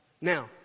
Now